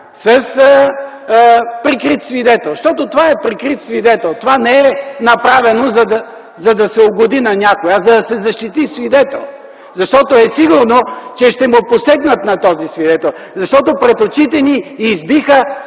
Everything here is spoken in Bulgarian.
с прикрит свидетел. Защото това е прикрит свидетел, това не е направено, за да се угоди на някого, а за да се защити свидетел. Защото е сигурно, че ще посегнат на този свидетел. Защото пред очите ни избиха